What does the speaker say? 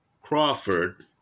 Crawford